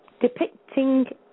depicting